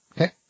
Okay